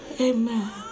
Amen